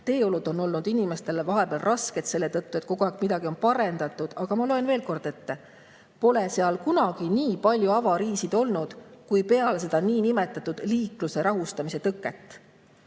teeolud on olnud inimestele vahepeal rasked selle tõttu, et kogu aeg on midagi parendatud. Aga ma loen veel kord ette: pole seal kunagi nii palju avariisid olnud, kui peale seda niinimetatud liikluse rahustamise tõket.